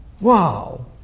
Wow